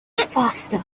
faster